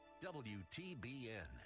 WTBN